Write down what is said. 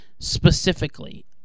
Specifically